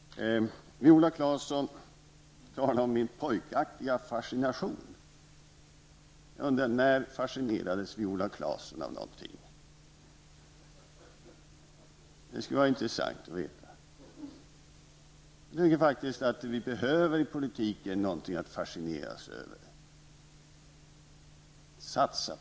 Viola Claesson talade om min pojkaktiga fascination. Jag undrar: När fascinerades Viola Claesson av någonting? Det skulle vara intressant att veta. Jag tycker faktiskt att vi i politiken behöver någonting att fascineras över och satsa på.